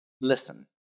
Listen